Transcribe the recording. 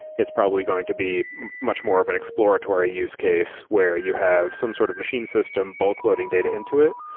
it's probably going to be much more of an exploratory use case where you have some sort of machine system bulk loading data into it,